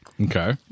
Okay